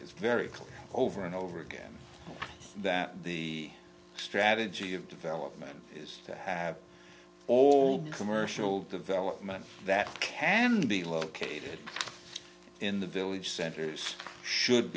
it's very clear over and over again that the strategy of development is to have all the commercial development that can be located in the village centers should